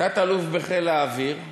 תת-אלוף בחיל האוויר,